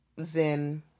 Zen